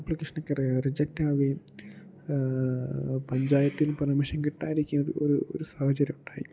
ആപ്ലിക്കേഷനൊക്കെ റിജക്റ്റാവുകയും പഞ്ചായത്തിന് പെർമിഷൻ കിട്ടാതിരിക്കുകയും ചെയ്ത ഒരു സാഹചര്യം ഉണ്ടായി